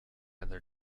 other